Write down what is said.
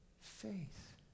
faith